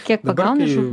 kiek pagauni žuvų